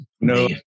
no